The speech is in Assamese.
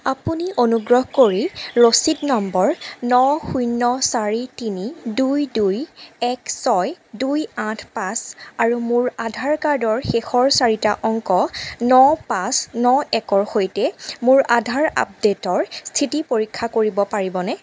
আপুনি অনুগ্ৰহ কৰি ৰচিদ নম্বৰ ন শূন্য চাৰি তিনি দুই দুই এক ছয় দুই আঠ পাঁচ আৰু মোৰ আধাৰ কাৰ্ডৰ শেষৰ চাৰিটা অংক ন পাঁচ ন একৰ সৈতে মোৰ আধাৰ আপডে'টৰ স্থিতি পৰীক্ষা কৰিব পাৰিবনে